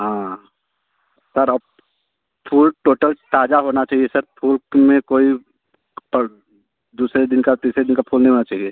हाँ सर अब फूल टोटल ताज़ा होना चाहिए सर फूल में कोई दूसरे दिन का तीसरे दिन का फूल नहीं होना चाहिए